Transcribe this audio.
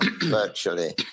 virtually